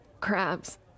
crabs